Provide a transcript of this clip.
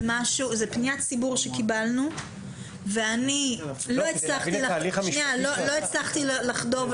זו פניית ציבור שקיבלנו ואני לא הצלחתי לחדור,